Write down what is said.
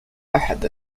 أحد